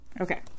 Okay